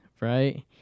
right